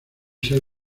ser